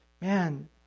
man